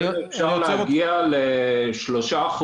אפשר להגיע ל-3%,